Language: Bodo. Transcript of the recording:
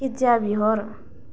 पिज्जा बिहर